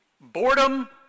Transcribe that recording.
boredom